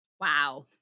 Wow